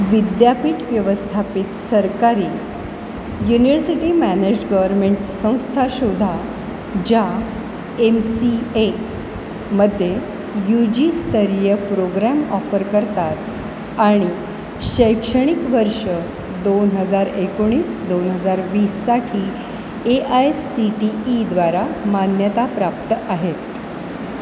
विद्यापीठ व्यवस्थापित सरकारी युनिव्हर्सिटी मॅनेज्ड गव्हर्मेंट संस्था शोधा ज्या एम सी एमध्ये यू जीस्तरीय प्रोग्रॅम ऑफर करतात आणि शैक्षणिक वर्ष दोन हजार एकोणीस दोन हजार वीससाठी ए आय सी टी ईद्वारा मान्यताप्राप्त आहेत